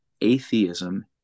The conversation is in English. atheism